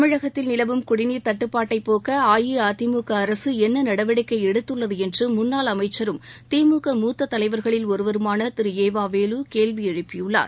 தமிழகத்தில் நிலவும் குடிநீர் தட்டுப்பாட்டை போக்க அஇஅதிமுக அரசு என்ன நடவடிக்கை எடுத்துள்ளது என்று முன்னாள் அமைச்சரும் திமுக மூத்தத் தலைவர்களில் ஒருவருமான திரு எ வ வேலு கேள்வி எழுப்பியுள்ளார்